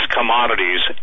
commodities